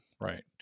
right